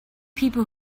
people